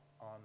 on